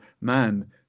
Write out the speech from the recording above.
man